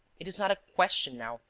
it is not a question now,